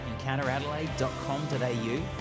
encounteradelaide.com.au